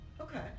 Okay